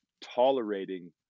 tolerating